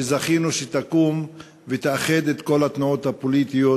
שזכינו שתקום ותאחד את כל התנועות הפוליטיות